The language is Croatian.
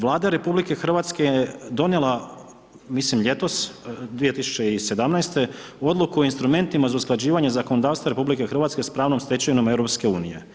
Vlada RH je donijela mislim ljetos 2017. odluku o instrumentima za usklađivanje zakonodavstva RH s pravnom stečevinom EU.